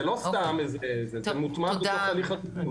זה לא סתם, זה מוטמן בתוך הליך התכנון.